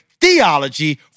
theology